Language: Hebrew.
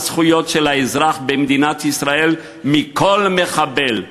הזכויות של האזרח במדינת ישראל מכל מחבל,